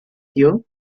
tío